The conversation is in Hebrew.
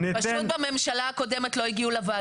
פשוט בממשלה הקודמת לא הגיעו לוועדות,